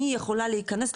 אני יכולה להיכנס,